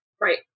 right